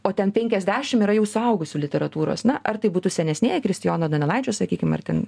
o ten penkiasdešim yra jau suaugusių literatūros na ar tai būtų senesnieji kristijono donelaičio sakykim ar ten